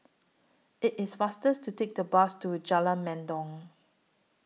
IT IS faster to Take The Bus to Jalan Mendong